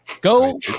Go